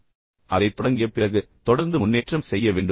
அதை அதை தொடங்கிய பிறகு நீங்கள் தொடர்ந்து முன்னேற்றம் செய்ய வேண்டும்